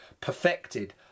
perfected